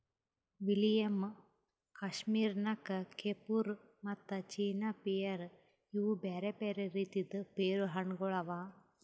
William, Kashmir Nakh, Kieffer ಮತ್ತ China pear ಇವು ಬ್ಯಾರೆ ಬ್ಯಾರೆ ರೀತಿದ್ ಪೇರು ಹಣ್ಣ ಗೊಳ್ ಅವಾ